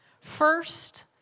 first